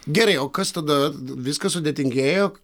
gerai o kas tada viskas sudėtingėjo